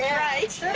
yeah right.